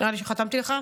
נראה לי שחתמתי לך.